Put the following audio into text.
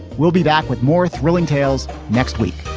we'll be back with more thrilling tales next week